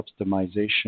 optimization